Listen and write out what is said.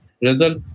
Result